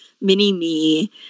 mini-me